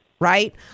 Right